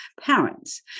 parents